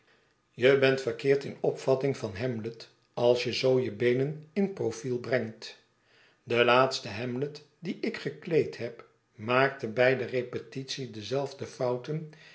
je bent verkeerd in'je opvatting van hamlet als je zoo je beenen in profiel brengt de laatste hamlet dien ik gekleed heb maakte bij de repetitie dezelfde fouten